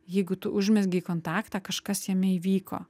jeigu tu užmezgei kontaktą kažkas jame įvyko